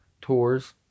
tours